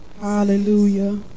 Hallelujah